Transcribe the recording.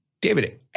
David